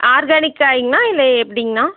organic காயாங்கண்ணா இல்லை எப்படிங்கண்ணா